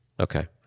Okay